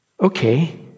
okay